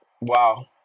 wow